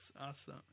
awesome